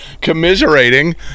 commiserating